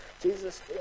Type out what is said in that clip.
Jesus